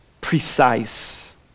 precise